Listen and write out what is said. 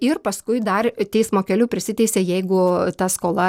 ir paskui dar teismo keliu prisiteisia jeigu ta skola